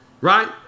right